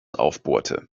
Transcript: aufbohrte